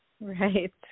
Right